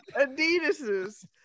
Adidas's